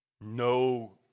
No